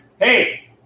Hey